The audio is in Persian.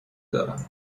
دارم